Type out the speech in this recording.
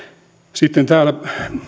sitten täällä